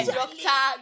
doctor